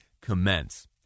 commence